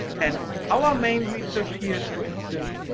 and our main research here is, for instance,